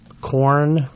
corn